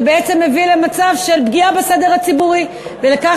שבעצם מביא למצב של פגיעה בסדר הציבורי ולכך